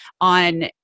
on